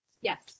Yes